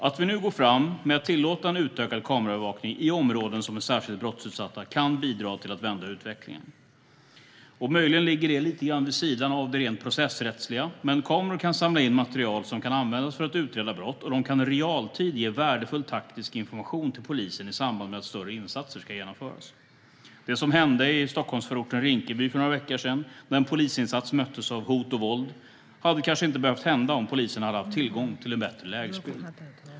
Att vi nu går fram med att tillåta en utökad kameraövervakning i områden som är särskilt brottsutsatta kan bidra till att vända utvecklingen. Möjligen ligger det lite grann vid sidan av det rent processrättsliga, men kameror kan samla in material som kan användas för att utreda brott, och de kan i realtid ge värdefull taktisk information till polisen i samband med att större insatser ska genomföras. Det som hände i Stockholmsförorten Rinkeby för några veckor sedan, där en polisinsats möttes av hot och våld, hade kanske inte behövt hända om polisen hade haft tillgång till en bättre lägesbild.